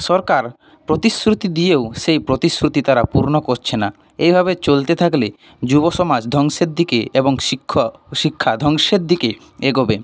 সরকার প্রতিশ্রুতি দিয়েও সেই প্রতিশ্রুতি তারা পূর্ণ করছে না এইভাবে চলতে থাকলে যুবসমাজ ধ্বংসের দিকে এবং শিক্ষা ধ্বংসের দিকে এগোবে